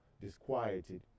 disquieted